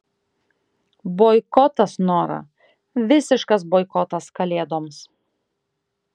boikotas nora visiškas boikotas kalėdoms